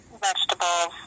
vegetables